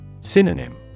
Synonym